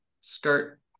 skirt